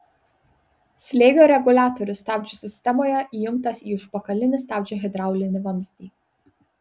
slėgio reguliatorius stabdžių sistemoje įjungtas į užpakalinį stabdžio hidraulinį vamzdį